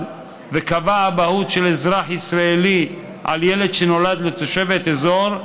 וקבע אבהות של אזרח ישראלי על ילד שנולד לתושבת אזור,